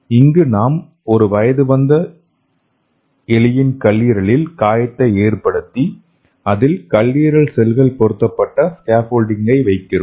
இங்கு நாம் ஒரு வயதுவந்த எலியின் கல்லீரலில் காயத்தை ஏற்படுத்தி அதில் கல்லீரல் செல்கள் பொருத்தப்பட்ட ஸ்கேஃபோல்டிங்ஐ வைக்கிறோம்